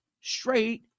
straight